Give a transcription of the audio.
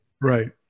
right